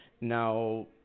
Now